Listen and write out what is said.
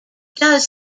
does